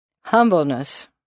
humbleness